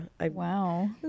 Wow